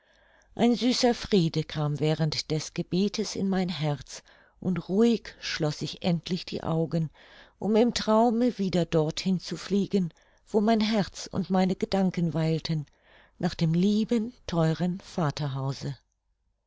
ein süßer friede kam während des gebetes in mein herz und ruhig schloß ich endlich die augen um im traume wieder dorthin zu fliegen wo mein herz und meine gedanken weilten nach dem lieben theuren